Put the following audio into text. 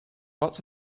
lots